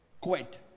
quit